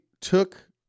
took